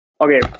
Okay